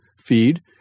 feed